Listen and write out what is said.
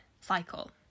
cycle